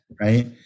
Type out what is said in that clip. right